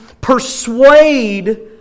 persuade